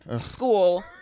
School